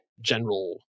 general